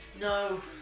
No